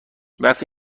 وقتی